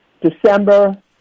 December